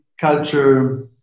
culture